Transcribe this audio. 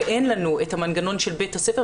ואין לנו המנגנון של בית הספר,